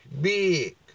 big